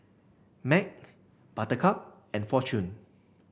Mac Buttercup and Fortune